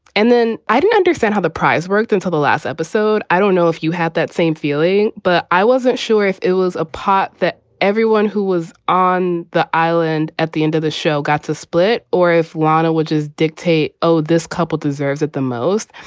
and then i didn't understand how the prize worked until the last episode. i don't know if you had that same feeling, but i wasn't sure if it was a plot that everyone who was on the island at the end of the show got to split or if rana, which is dictate, oh, this couple deserves it the most.